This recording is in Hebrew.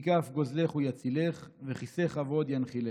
/ מכף גוזלך / הוא יצילך / וכיסא כבוד ינחילך